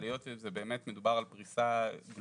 אבל היות וזה באמת מדובר על פריסה גלובלית.